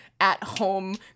at-home